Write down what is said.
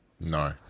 No